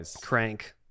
Crank